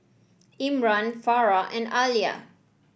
Imran Farah and Alya